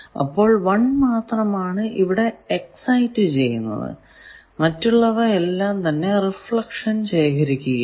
അപ്പോൾ 1 മാത്രമാണ് ഇവിടെ എക്സൈറ്റ് ചെയ്യുന്നത് മറ്റുള്ളവ എല്ലാം തന്നെ റിഫ്ലക്ഷൻ ശേഖരിക്കുകയാണ്